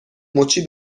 مچی